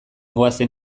goazen